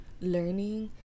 learning